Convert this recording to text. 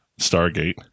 Stargate